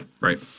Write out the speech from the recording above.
Right